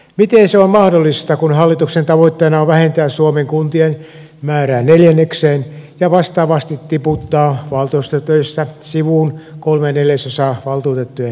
miten se on mahdollista kun hallituksen tavoitteena on vähentää suomen kuntien määrä neljännekseen ja vastaavasti tiputtaa valtuustotöissä sivuun kolme neljäsosaa valtuutettujen nykymäärästä